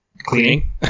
cleaning